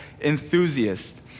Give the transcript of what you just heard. enthusiast